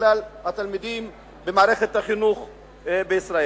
מכלל התלמידים במערכת החינוך בישראל.